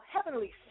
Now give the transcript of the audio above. Heavenly